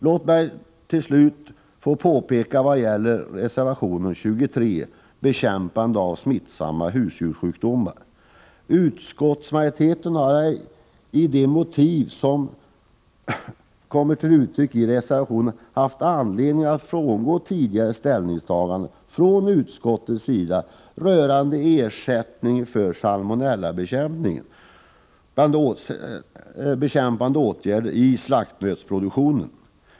Låt mig slutligen få kommentera förslaget i reservation nr 23, som avser bekämpande av smittsamma husdjurssjukdomar. Utskottsmajoriteten har ej mot bakgrund av de motiv som anförts i reservationen funnit anledning att frångå sitt tidigare ställningstagande rörande ersättningen för salmonellabekämpande åtgärder i slaktnötsproduktionen.